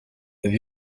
have